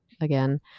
again